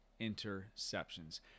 interceptions